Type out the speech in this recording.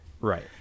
Right